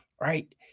right